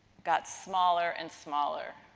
got smaller and smaller.